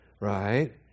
right